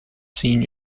seen